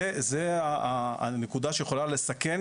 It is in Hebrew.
זו הנקודה שיכולה לסכן